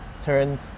turned